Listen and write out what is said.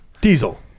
Diesel